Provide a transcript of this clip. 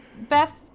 Beth